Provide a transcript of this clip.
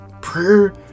Prayer